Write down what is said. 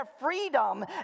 freedom